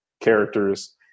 characters